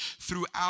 throughout